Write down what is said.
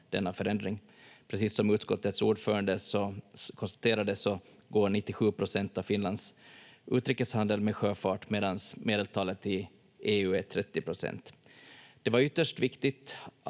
denna förändring. Precis som utskottets ordförande konstaterade går 97 procent av Finlands utrikeshandel med sjöfart medan medeltalet i EU är 30 procent. Det var ytterst viktigt